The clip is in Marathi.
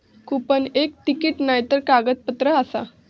कुपन एक तिकीट नायतर कागदपत्र आसा